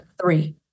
Three